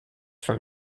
from